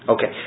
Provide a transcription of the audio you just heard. Okay